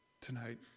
tonight